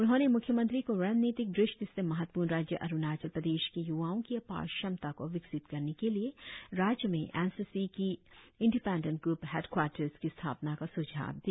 उन्होंने म्ख्यमंत्री को रणनीतिक दृष्टि से महत्वपूर्ण राज्य अरुणाचल प्रदेश के य्वाओ की अपार क्षमता को विकसित करने के लिए राज्य में एन सी सी की इंडिपेंडेंट ग्र्प हेडक्वार्टर्स की स्थापना का सुझाव दिया